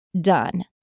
done